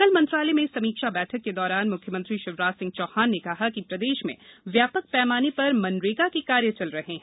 कल मंत्रालय में समीक्षा बैठक के दौरान म्ख्यमंत्री शिवराज सिंह चौहान ने कहा कि प्रदेश में व्यापक पैमाने पर मनरेगा के कार्य चल रहे हैं